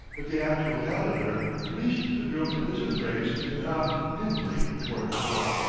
but the actual calendar, released the girl from his embrace and hopped nimbly toward the door.